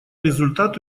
результат